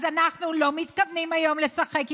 אז אנחנו לא מתכוונים היום לשחק איתכם,